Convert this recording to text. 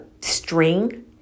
string